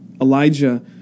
Elijah